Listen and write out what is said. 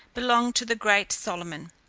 belonged to the great solomon.